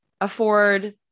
afford